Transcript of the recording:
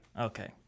Okay